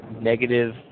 negative